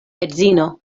edzino